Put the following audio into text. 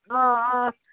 آ آ